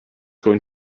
going